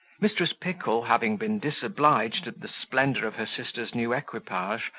mrs. pickle, having been disobliged at the splendour of her sister's new equipage,